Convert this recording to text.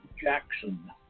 Jackson